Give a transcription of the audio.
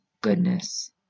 goodness